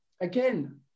again